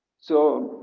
so,